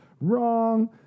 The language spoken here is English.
wrong